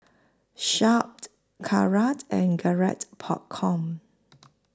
Sharp Kara and Garrett Popcorn